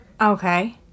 Okay